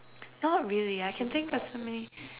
not really I can think of so many